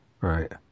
Right